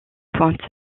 pointe